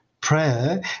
prayer